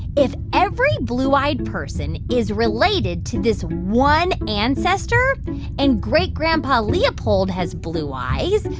if every blue-eyed person is related to this one ancestor and great-grandpa leopold has blue eyes,